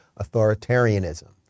authoritarianism